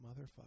motherfucker